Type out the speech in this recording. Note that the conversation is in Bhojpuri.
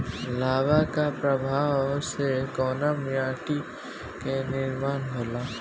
लावा क प्रवाह से कउना माटी क निर्माण होला?